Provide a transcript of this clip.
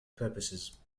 purposes